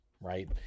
right